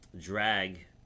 drag